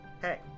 Hey